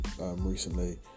Recently